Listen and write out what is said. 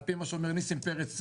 על פי מה שאומר נסים פרץ,